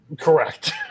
correct